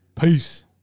Peace